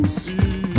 see